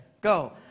Go